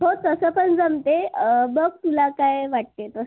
हो तसं पण जमते बघ तुला काय वाटते तर